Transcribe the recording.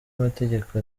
amategeko